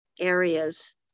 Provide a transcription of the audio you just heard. areas